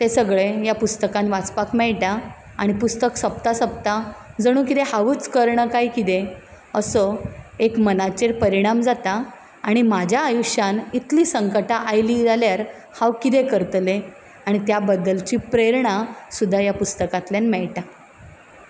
तें सगळें ह्या पुस्तकान वाचपाक मेळटा आनी पुस्तक सोंपता सोंपतां जणू कितें हांवूच कर्ण काय कितें असो एक मनाचेर परिणाम जाता आनी म्हाज्या आयुश्यांत इतलीं संकटा आयलीं जाल्यार हांव कितें करतलें आनी त्या बद्दलची प्रेरणा सुद्दां ह्या पुस्तकांतल्यान मेळटा